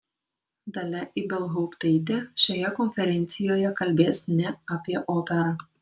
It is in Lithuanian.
dalia ibelhauptaitė šioje konferencijoje kalbės ne apie operą